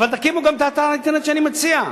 אבל תקימו גם את אתר האינטרנט שאני מציע.